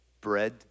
bread